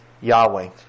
Yahweh